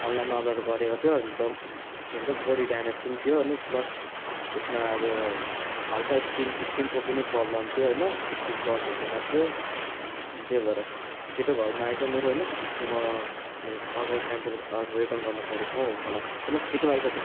online order गरेको थियो डम के भन्छ बडी ड्यामेज पनि थियो होइन प्लस त्यसमा अब हल्का स्क्रिन स्क्रिनको पनि प्रब्लम थियो होइन स्क्रिन टच हुँदैन थियो अनि त्यही भएर छिटो घरमा आइज मेरो होइन अन्त म यो अर्डर क्यान्सल अर्डर रिटर्न गर्नुपरेको छ हौ मलाई ल छिटो आइज तँ